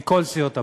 מכל סיעות הבית.